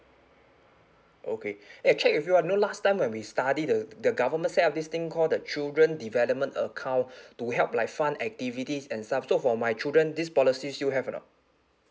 okay eh I check with you ah you know last time when we study the the government set up this thing called the children development account to help like fund activities and stuff so for my children this policy still have or not